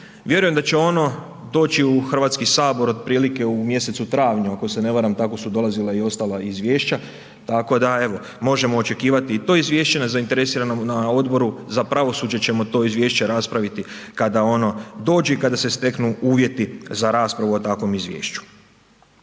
vjerujem da će ono doći u Hrvatski sabor otprilike u mjesecu travnju, ako se ne varam tako su dolazila i ostala Izvješća, tako da evo možemo očekivati i to Izvješće. Na zainteresiranom, na Odboru za pravosuđe ćemo to Izvješće raspraviti kada ono dođe i kada se steknu uvjeti za raspravu o takvom Izvješću.